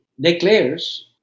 declares